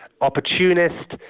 opportunist